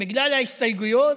בגלל ההסתייגויות,